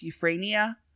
Euphrania